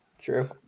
True